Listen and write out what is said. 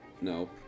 No